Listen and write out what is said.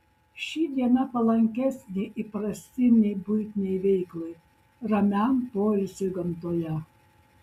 ši diena palankesnė įprastinei buitinei veiklai ramiam poilsiui gamtoje